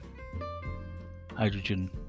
hydrogen